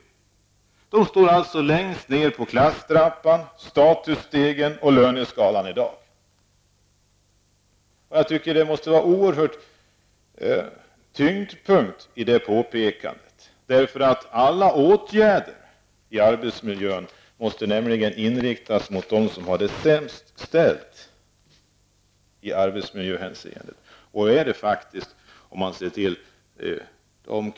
Kvinnorna står i dag längst ner på klasstrappan, statusstegen och löneskalan. Det måste ligga en oerhörd tyngd i detta påpekande, för alla åtgärder i arbetsmiljön måste inriktas mot dem som har det sämst ställt i arbetsmiljöhänseende.